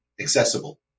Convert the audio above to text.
accessible